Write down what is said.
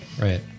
Right